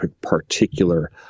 particular